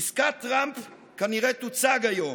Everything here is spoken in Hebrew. עסקת טראמפ כנראה תוצג היום,